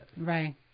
Right